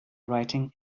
writing